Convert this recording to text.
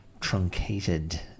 truncated